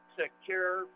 secure